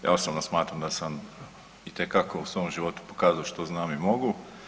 Ja osobno smatram da sam itekako u svom životu pokazao što znam i mogu.